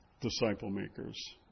disciple-makers